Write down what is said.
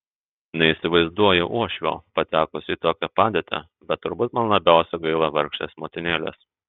neįsivaizduoju uošvio patekusio į tokią padėtį bet turbūt man labiausiai gaila vargšės motinėlės